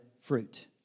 fruit